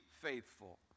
faithful